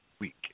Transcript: week